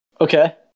Okay